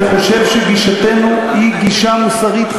אני חושב שגישתנו היא גישה מוסרית,